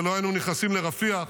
ולא היינו נכנסים לרפיח,